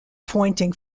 pointing